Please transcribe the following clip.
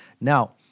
Now